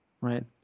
right